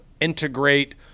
integrate